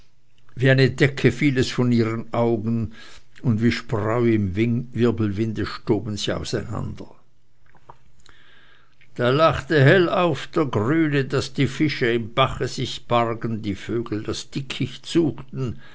wie ein blitz eine decke fiel es von ihren augen und wie spreu im wirbelwinde stoben sie auseinander da lachte hellauf der grüne daß die fische im bache sich bargen die vögel das dickicht suchten